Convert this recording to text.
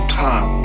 time